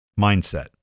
mindset